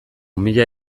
mila